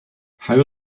how